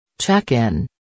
Check-in